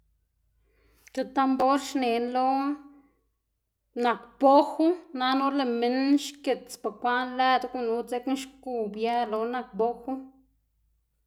ti tambor xnená lo nak boju nana or lëꞌ minn xgits bekwaꞌn lëdu dzekna gunu xgu bië lo nak boju.